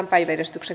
asia